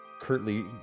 curtly